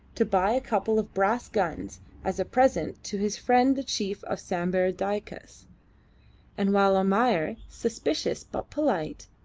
to buy a couple of brass guns as a present to his friend the chief of sambir dyaks and while almayer, suspicious but polite,